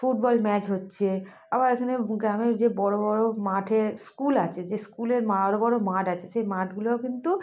football match হচ্ছে আবার এখানে গ্রামের যে বড় বড় মাঠে স্কুল আছে যে স্কুলের মা আরো বড় মাঠ আছে সেই মাঠগুলো কিন্তু